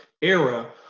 era